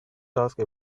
task